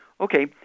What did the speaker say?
Okay